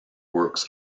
works